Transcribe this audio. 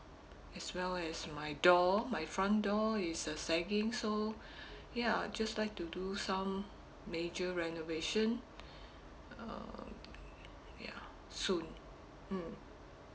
as well as my door my front door is uh sagging so ya just like to do some major renovation um ya soon mm